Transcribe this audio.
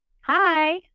Hi